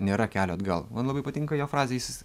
nėra kelio atgal man labai patinka jo frazė